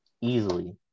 Easily